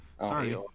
Sorry